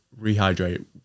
rehydrate